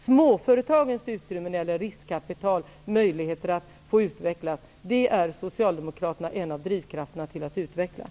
Socialdemokraterna är en av drivkrafterna när det gäller att förbättra småföretagens tillgång till riskkapital och möjligheter att få utvecklas.